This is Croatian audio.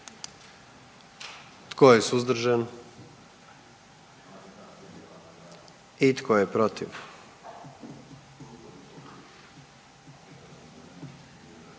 Tko je suzdržan? I tko je protiv?